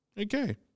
Okay